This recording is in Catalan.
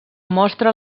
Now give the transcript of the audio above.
mostra